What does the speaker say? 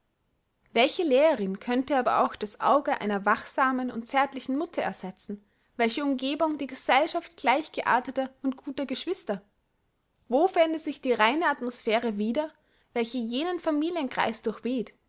welche lehrerin könnte aber auch das auge einer wachsamen und zärtlichen mutter ersetzen welche umgebung die gesellschaft gleichgearteter und guter geschwister wo fände sich die reine atmosphäre wieder welche jenen familienkreis durchweht